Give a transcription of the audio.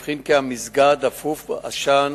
הבחין כי המסגד אפוף עשן,